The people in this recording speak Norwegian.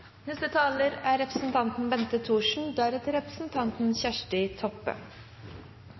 neste omgang. Neste taler er representanten Kjersti Toppe,